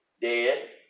Dead